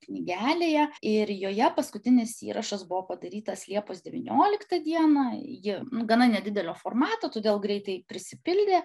knygelėje ir joje paskutinis įrašas buvo padarytas liepos devynioliktą dieną ji gana nedidelio formato todėl greitai prisipildė